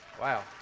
Wow